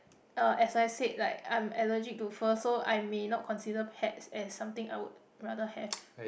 uh as I said like I am allergic to fur so I may not consider pets as something I would rather have